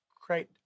create